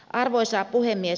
arvoisa puhemies